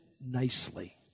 nicely